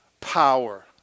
power